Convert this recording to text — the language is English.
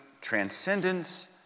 transcendence